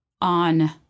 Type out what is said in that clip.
on